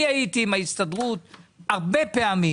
אני הייתי עם ההסתדרות הרבה פעמים.